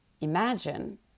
imagine